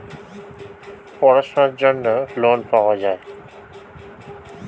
পড়াশোনার জন্য লোন পাওয়া যায়